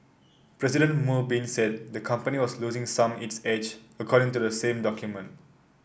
President Mo Bin said the company was losing some its edge according to the same document